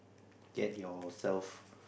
get yourself